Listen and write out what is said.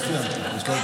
לא סיימת, יש לך עוד דקה.